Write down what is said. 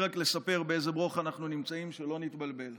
רק לספר באיזה ברוך אנחנו נמצאים, שלא נתבלבל.